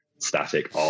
static